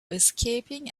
escaping